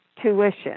tuition